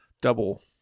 Double